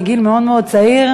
מגיל מאוד מאוד צעיר,